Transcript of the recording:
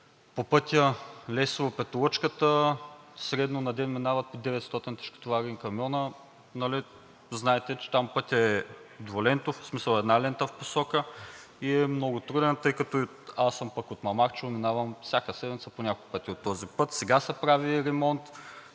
по пътя Лесово – Петолъчката средно на ден минават по 900 тежкотоварни камиона. Знаете, че там пътят е двулентов, в смисъл една лента в посока, и е много труден. Тъй като аз съм от Мамарчево, минавам всяка седмица по няколко пъти по този път. Сега се прави ремонт,